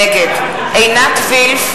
נגד עינת וילף,